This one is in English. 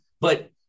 But-